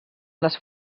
les